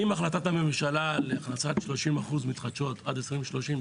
עם החלטת הממשלה להכנסת 30% מתחדשות עד 2023,